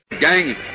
gang